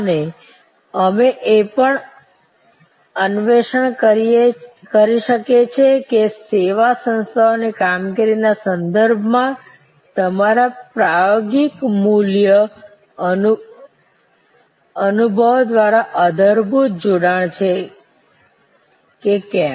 અને અમે એ પણ અન્વેષણ કરી શકીએ છીએ કે સેવા સંસ્થાઓની કામગીરીના સંદર્ભમાં તમારા પ્રયોગમૂલક અનુભવો દ્વારા આધારભૂત જોડાણ છે કે કેમ